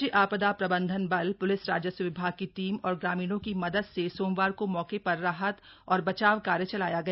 राज्य आपदा प्रबंधन बल प्लिस राजस्व विभाग की टीम और ग्रामीणों की मदद से सोमवार को मौके पर राहत और बचाव कार्य चलाया गया